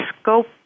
scope